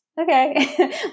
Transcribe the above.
okay